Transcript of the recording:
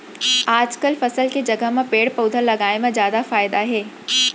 आजकाल फसल के जघा म पेड़ पउधा लगाए म जादा फायदा हे